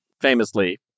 famously